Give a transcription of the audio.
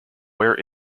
where